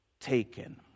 taken